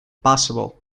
possible